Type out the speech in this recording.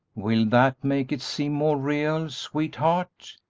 will that make it seem more real, sweetheart?